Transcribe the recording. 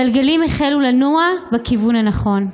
הגלגלים החלו לנוע בכיוון הנכון.